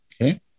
Okay